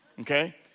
Okay